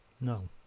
No